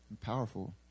powerful